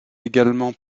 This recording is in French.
également